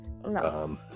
No